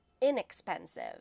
Inexpensive